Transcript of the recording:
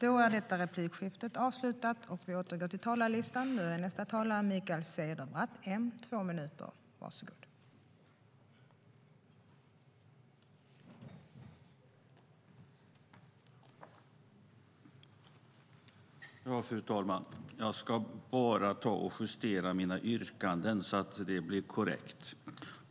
Migration, Anhörig-invandring och Arbets-kraftsinvandringFru talman! Jag ska bara justera mina yrkanden så att de blir korrekta.